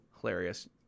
hilarious